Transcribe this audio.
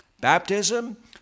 Baptism